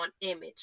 image